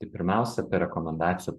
tai pirmiausia apie rekomendacijų